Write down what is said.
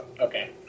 Okay